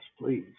please